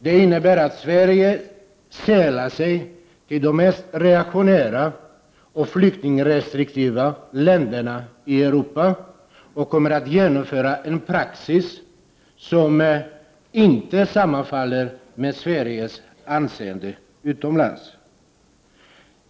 Det innebär att Sverige sällar sig till de mest reaktionära och flyktingrestriktiva länderna i Europa och kommer att genomföra en praxis som inte sammanfaller med Sveriges anseende utomlands.